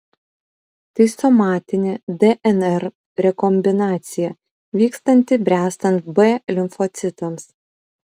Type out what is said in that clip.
tai somatinė dnr rekombinacija vykstanti bręstant b limfocitams